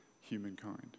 humankind